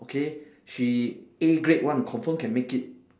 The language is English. okay she A grade one confirm can make it